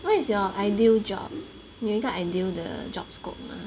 what is your ideal job 你有一个 ideal 的 job scope 吗